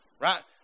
right